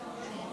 47 מתנגדים.